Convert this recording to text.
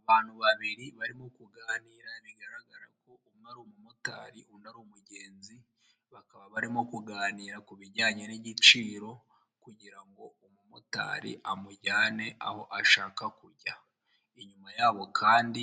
Amafaranga y'amadorari azinze mu mifungo akaba ari imifungo itandatu iyi mifungo uyibonye yaguhindurira ubuzima rwose kuko amadolari ni amafaranga menshi cyane kandi avunjwa amafaranga menshi uyashyize mumanyarwanda